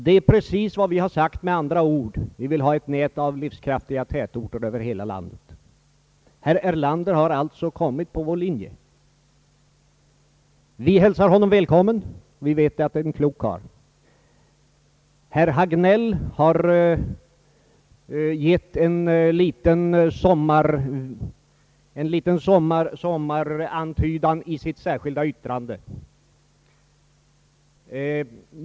Det är precis vad vi med andra ord sagt, nämligen att vi vill ha ett nät av livskraftiga tätorter över hela landet. Herr Erlander har alltså kommit på vår linje. Vi hälsar honom välkommen; vi vet att han är en klok karl, men var finns herr Palm som indirekt kritiserat herr Erlander? Herr Hagnell har gett en liten sommarantydan i sitt särskilda yttrande.